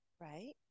Right